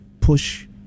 push